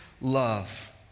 love